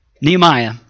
Nehemiah